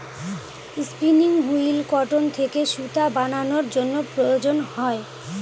spinning wheel cotton থেকে সুতা বানানোর জন্য প্রয়োজন হয়